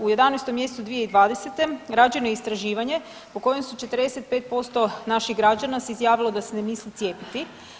U 11. mjesecu 2020. rađeno je istraživanje po kojem su 45% naših građana se izjavilo da se ne misli cijepiti.